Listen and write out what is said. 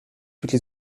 toutes